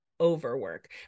overwork